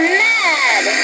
mad